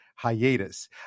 hiatus